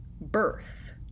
birth